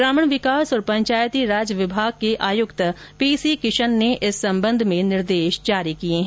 ग्रामीण विकास और पंचायती राज विभाग के आयुक्त पी सी किशन ने इस संबंध में निर्देश जारी किए हैं